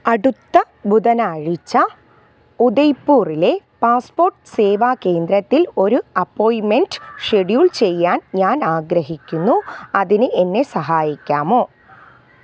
അടുത്ത ബുധനാഴ്ച ഉദയ്പൂറിലെ പാസ്പോർട്ട് സേവാ കേന്ദ്രത്തിൽ ഒരു അപ്പോയിൻ്റ്മെൻ്റ് ഷെഡ്യൂൾ ചെയ്യാൻ ഞാൻ ആഗ്രഹിക്കുന്നു അതിന് എന്നെ സഹായിക്കാമോ